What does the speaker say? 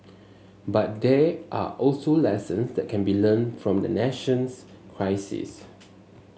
but there are also lessons that can be learnt from the nation's crisis